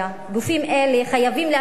גופים אלה חייבים להחליט